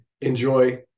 Enjoy